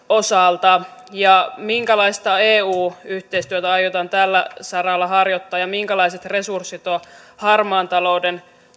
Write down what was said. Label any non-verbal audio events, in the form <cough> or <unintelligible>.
<unintelligible> osalta minkälaista eu yhteistyötä aiotaan tällä saralla harjoittaa ja minkälaiset resurssit on harmaan talouden